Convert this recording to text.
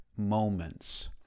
moments